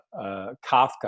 Kafka